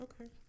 okay